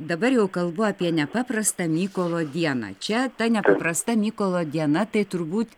dabar jau kalbu apie nepaprastą mykolo dieną čia ta nepaprasta mykolo diena tai turbūt